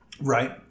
Right